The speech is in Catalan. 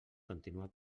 continuar